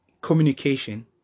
communication